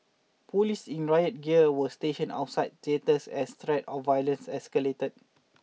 police in riot gear were stationed outside theatres as threats of violence escalated